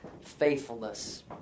faithfulness